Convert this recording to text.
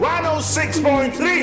106.3